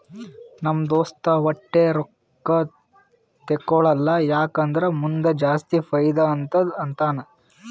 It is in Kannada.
ನಮ್ ದೋಸ್ತ ವಟ್ಟೆ ರೊಕ್ಕಾ ತೇಕೊಳಲ್ಲ ಯಾಕ್ ಅಂದುರ್ ಮುಂದ್ ಜಾಸ್ತಿ ಫೈದಾ ಆತ್ತುದ ಅಂತಾನ್